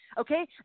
Okay